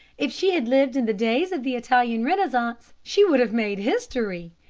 if she had lived in the days of the italian renaissance she would have made history.